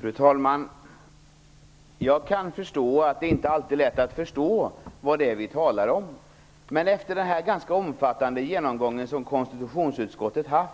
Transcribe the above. Fru talman! Jag kan inse att det inte alltid är lätt att förstå vad det är vi talar om. Men efter den här ganska omfattande genomgången som konstitutionsutskottet har